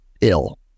ill